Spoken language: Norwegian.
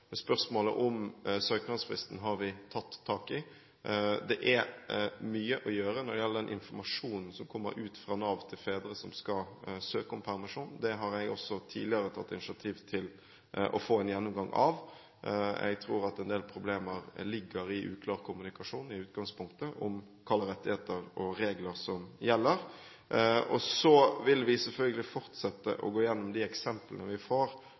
Spørsmålet om søknadsfristen har vi tatt tak i. Det er mye å gjøre når det gjelder den informasjonen som kommer ut fra Nav til fedre som skal søke om permisjon. Det har jeg også tidligere tatt initiativ til å få en gjennomgang av. Jeg tror at en del problemer ligger i uklar kommunikasjon i utgangspunktet om hva slags rettigheter og regler som gjelder. Så vil vi selvfølgelig fortsette å gå gjennom de eksemplene vi får